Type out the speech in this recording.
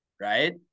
Right